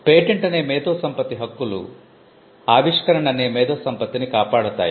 'patent' అనే మేధోసంపత్తి హక్కులు 'ఆవిష్కరణ' అనే మేధో సంపత్తిని కాపాడతాయి